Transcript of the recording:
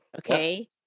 okay